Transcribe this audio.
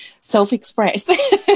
self-express